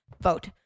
vote